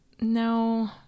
No